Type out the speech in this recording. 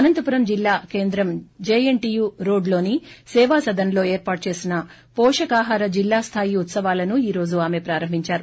అనంతపురం జిల్లా కేంద్రం JNTU road లోని సేవాసదన్లో ఏర్పాటు చేసిన పోషకాహార జిల్లా స్టాయి ఉత్సవాలను ఈ రోజు ఆమె ప్రారంభించారు